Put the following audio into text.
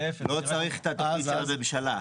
לא צריך את התפקיד של הממשלה.